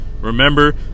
Remember